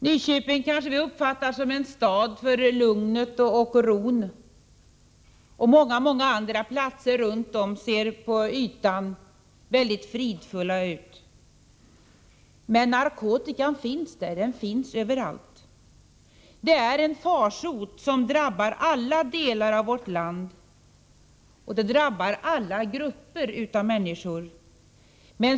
Nyköping kanske vi uppfattar som en stad där lugn och ro härskar, och många, många andra platser runt om i vårt land ter sig på ytan mycket fridfulla. Men narkotikan finns där — den finns överallt. Det är en farsot som drabbar alla delar av vårt land, och det drabbar alla grupper av människor.